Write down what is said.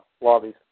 lobbies